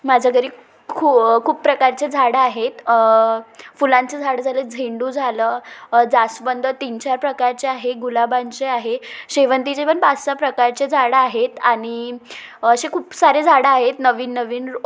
माझ्या घरी खू खूप प्रकारचे झाडं आहेत फुलांचे झाडं झालं झेंडू झालं जास्वंद तीन चार प्रकारचे आहे गुलाबांचे आहे शेवंतीचे पण पाच सहा प्रकारचे झाडं आहेत आणि असे खूप सारे झाडं आहेत नवीन नवीन